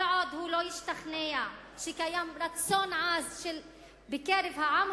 כל עוד הוא לא השתכנע שקיים רצון עז בקרב העם